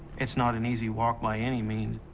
it's not an easy walk, by any means.